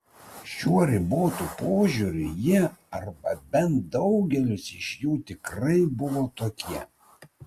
šiuo ribotu požiūriu jie arba bent daugelis iš jų tikrai buvo tokie